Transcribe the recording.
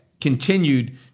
continued